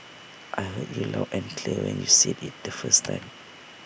I heard you loud and clear when you said IT the first time